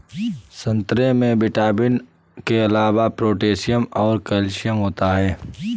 संतरे में विटामिन के अलावा पोटैशियम और कैल्शियम होता है